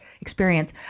experience